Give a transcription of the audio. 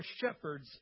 shepherds